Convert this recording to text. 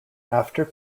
after